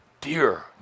Dear